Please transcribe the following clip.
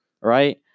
right